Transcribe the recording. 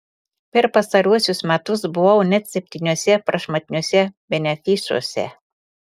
per pastaruosius metus buvau net septyniuose prašmatniuose benefisuose